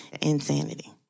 insanity